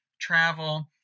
travel